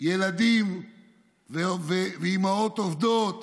ילדים ואימהות עובדות